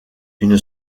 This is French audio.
une